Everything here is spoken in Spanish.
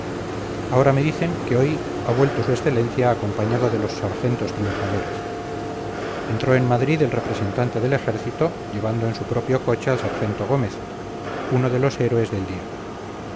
ahora me dicen que hoy ha vuelto su excelencia acompañado de los sargentos triunfadores entró en madrid el representante del ejército llevando en su propio coche al sargento gómez uno de los héroes del día